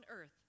earth